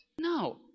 No